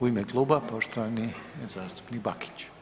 U ime kluba poštovani zastupnik Bakić.